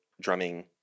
drumming